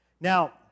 Now